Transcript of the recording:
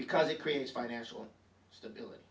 because it creates financial stability